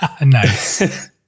nice